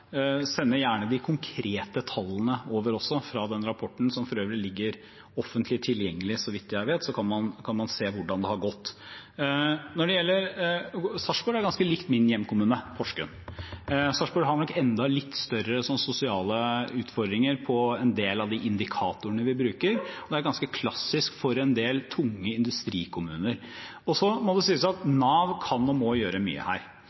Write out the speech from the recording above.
gjerne over de konkrete tallene også fra den rapporten, som for øvrig ligger offentlig tilgjengelig, så vidt jeg vet, så kan man se hvordan det har gått. Sarpsborg er ganske lik min hjemkommune, Porsgrunn. Sarpsborg har nok enda litt større sosiale utfordringer på en del av de indikatorene vi bruker, og det er ganske klassisk for en del tunge industrikommuner. Så må det sies at Nav kan og må gjøre mye her,